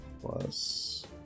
plus